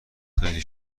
خیلی